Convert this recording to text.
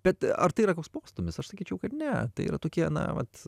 bet ar tai yra koks postūmis aš sakyčiau kad ne tai yra tokie na vat